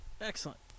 Excellent